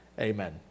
Amen